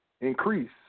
increase